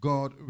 God